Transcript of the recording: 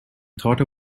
thought